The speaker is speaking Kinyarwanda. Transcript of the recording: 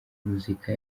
muzika